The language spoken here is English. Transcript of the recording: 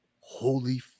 holy